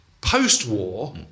Post-war